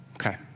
Okay